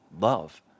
love